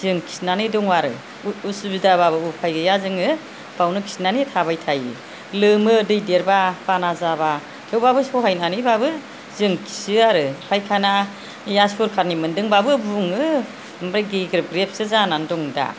जों खिनानै दं आरो उसुबिदा बाबो उफाय गैया जोङो बावनो खिनानै थाबाय थायो लोमो दै देरबा बाना जाबा थेवबाबो सहायनानैबाबो जों खियो आरो फायखानाया सरखारनि मोनदोंबाबो बुङो ओमफ्राइ गेग्रेब ग्रेब सो जानानै दं दा